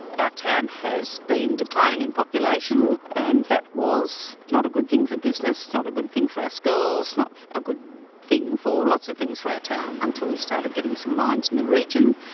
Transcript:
ah town has been declining in population and that was not a good thing for business, not a good thing for our schools, not a good thing for lots of things for our town, until we started getting some mines in the region.